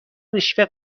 رشوه